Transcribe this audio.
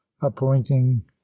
appointing